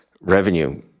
revenue